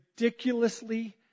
ridiculously